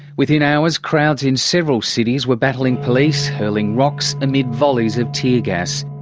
within hours crowds in several cities were battling police, hurling rocks, amid volleys of tear gas.